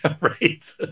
right